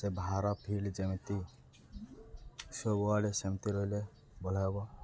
ସେ ବାହାର ଫିଲ୍ଡ ଯେମିତି ସବୁଆଡ଼େ ସେମିତି ରହିଲେ ଭଲ ହେବ